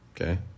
Okay